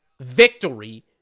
victory